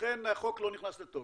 לכן החוק לא נכנס לתוקף.